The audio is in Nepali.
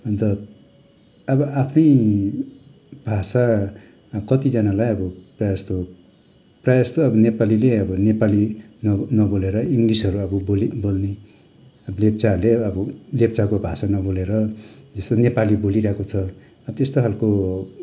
अन्त अब आफ्नै भाषा कतिजनालाई अब प्रायः जस्तो प्रायः जस्तो अब नेपालीले अब नेपाली नब नबोलेर इङ्लिसहरू अब बोली बोल्ने लेप्चाहरूले अब लेप्चाको भाषा नबोलेर जस्तो नेपाली बोलिरहेको छ अब त्यस्तो खालको